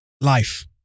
Life